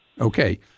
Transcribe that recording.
okay